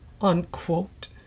unquote